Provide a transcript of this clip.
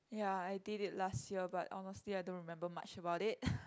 ya I did it last year but honestly I don't remember much about it